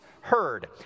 heard